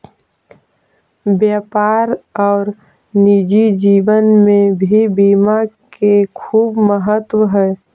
व्यापार और निजी जीवन में भी बीमा के खूब महत्व हई